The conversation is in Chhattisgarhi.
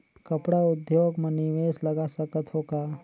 कपड़ा उद्योग म निवेश लगा सकत हो का?